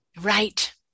Right